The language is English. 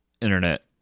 internet